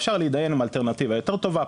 אפשר להתדיין אם האלטרנטיבה יותר טובה,